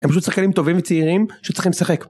הם פשוט שחקנים טובים וצעירים, שצריכים לשחק